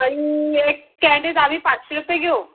आणि एक कँडीत आम्ही पाचशे रुपये घेऊ